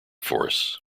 force